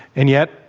and yet,